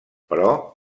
però